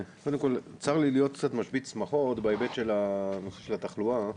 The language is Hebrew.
קודם כל צר לי להיות קצת משבית שמחות בהיבט של הנושא של התחלואה,